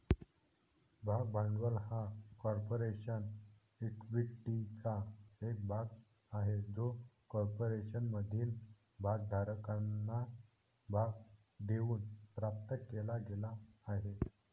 भाग भांडवल हा कॉर्पोरेशन इक्विटीचा एक भाग आहे जो कॉर्पोरेशनमधील भागधारकांना भाग देऊन प्राप्त केला गेला आहे